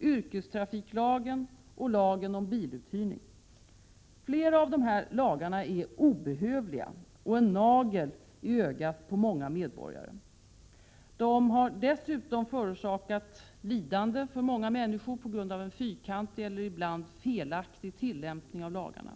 yrkestrafiklagen och lagen om biluthyrning. Flera av dessa lagar är obehövliga och en nagel i ögat på många medborgare. De har dessutom förorsakat lidande för många människor på grund av en fyrkantig och ibland felaktig tillämpning av lagarna.